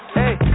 Hey